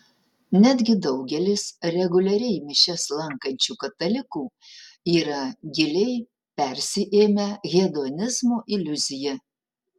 netgi daugelis reguliariai mišias lankančių katalikų yra giliai persiėmę hedonizmo iliuzija